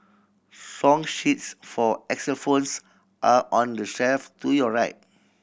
song sheets for xylophones are on the shelf to your right